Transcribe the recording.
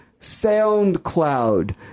SoundCloud